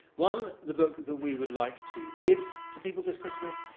one the book that we would like to give to people this christmas.